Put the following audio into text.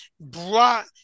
brought